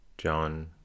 John